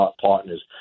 partners